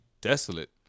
desolate